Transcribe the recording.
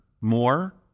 more